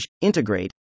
integrate